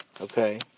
okay